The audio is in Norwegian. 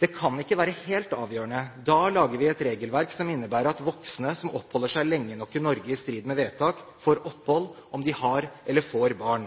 Det kan ikke være helt avgjørende. Da lager vi et regelverk som innebærer at voksne som oppholder seg lenge nok i Norge i strid med vedtak, får opphold om de har eller får barn.